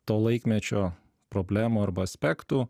to laikmečio problemų arba aspektų